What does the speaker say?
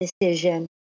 decision